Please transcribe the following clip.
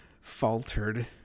faltered